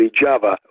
Java